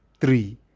three